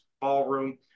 ballroom